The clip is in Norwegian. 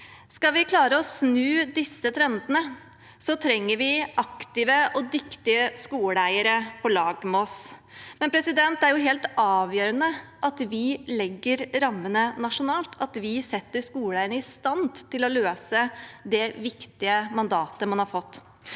Skal vi klare å snu disse trendene, trenger vi aktive og dyktige skoleeiere på lag med oss, men det er helt avgjørende at vi legger rammene nasjonalt, og at vi setter skoleeierne i stand til å løse det viktige mandatet man har fått.